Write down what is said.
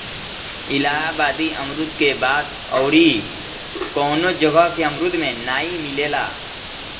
इलाहाबादी अमरुद के बात अउरी कवनो जगह के अमरुद में नाइ मिलेला